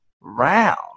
round